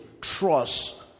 trust